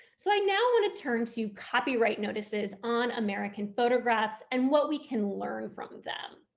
so i now want to turn to copyright notices on american photographs and what we can learn from them.